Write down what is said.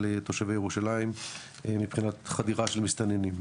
תושבי ירושלים מבחינת חדירה של מסתננים.